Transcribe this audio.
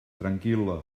tranquil·la